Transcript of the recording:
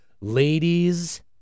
Ladies